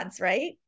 right